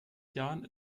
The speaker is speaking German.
jahren